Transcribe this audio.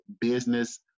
business